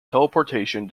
teleportation